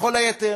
ולכל היתר